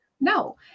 no